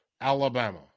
Alabama